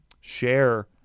share